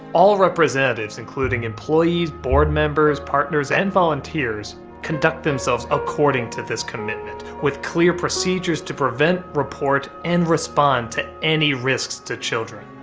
all representatives including employees, board members, partners and volunteers conduct themselves according to this commitment commitment with clear procedures to prevent, report and respond to any risks to children.